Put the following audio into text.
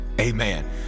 Amen